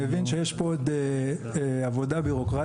אנחנו מבינים שיש פה עוד עבודה בירוקרטית.